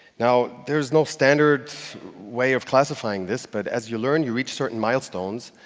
now there's no standard way of classifying this. but as you learn, you reach certain milestones.